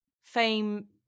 fame